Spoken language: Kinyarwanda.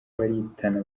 baritana